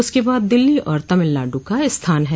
उसके बाद दिल्ली और तमिलनाडु का स्थान है